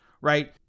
right